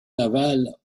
naval